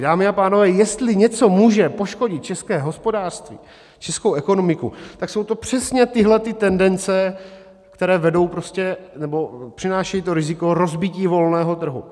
Dámy a pánové, jestli něco může poškodit české hospodářství, českou ekonomiku, tak jsou to přesně tyhle tendence, které přinášejí riziko rozbití volného trhu.